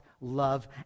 love